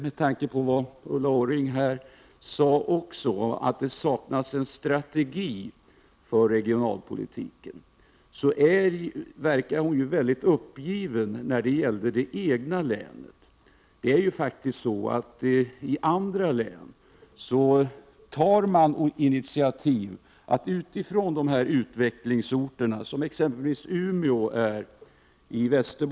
Med tanke på att Ulla Orring sade att det saknas en strategi för regionalpolitiken verkar hon mycket uppgiven när det gäller det egna länet. I andra län tar man initiativ för att med utgångspunkt i utvecklingsorterna knyta samman regionen med snabba kommunikationer.